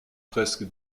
presque